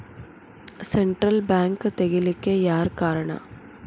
Central bank ತಗಿಲಿಕ್ಕೆಯಾರ್ ಕಾರಣಾ?